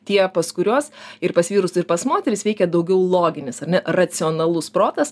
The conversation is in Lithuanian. tie pas kuriuos ir pas vyrus ir pas moteris veikė daugiau loginis ar ne racionalus protas